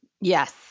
Yes